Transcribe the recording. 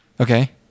Okay